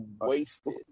wasted